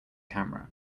camera